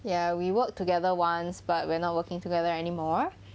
ya we work together ones but we're not working together anymore